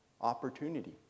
opportunity